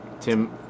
Tim